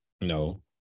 No